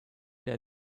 der